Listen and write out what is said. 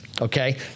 Okay